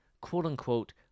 quote-unquote